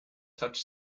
touch